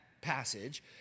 passage